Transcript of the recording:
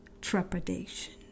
trepidation